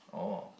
oh